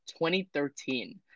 2013